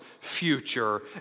future